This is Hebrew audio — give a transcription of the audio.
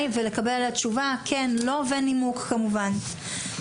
ולקבל תשובה כן לא, ונימוק כמובן.